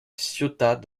ciotat